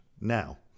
now